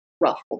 ruffle